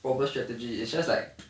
well the strategy is just like